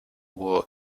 war